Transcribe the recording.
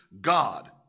God